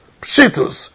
Pshitus